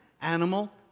animal